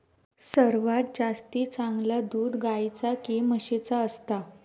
सर्वात जास्ती चांगला दूध गाईचा की म्हशीचा असता?